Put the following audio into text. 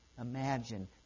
imagine